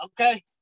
okay